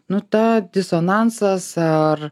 nu ta disonansas ar